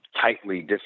tightly